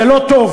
זה לא טוב,